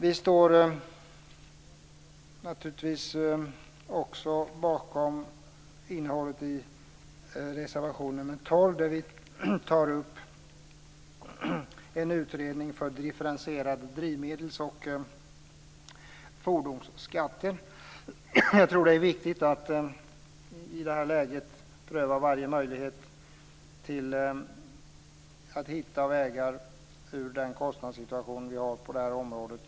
Vi står naturligtvis också bakom innehållet i reservation nr 12, där vi tar upp en utredning för differentierade drivmedels och fordonsskatter. Jag tror att det i det här läget är viktigt att pröva varje möjlighet att hitta vägar ut ur den kostnadssituation som vi just nu har på det här området.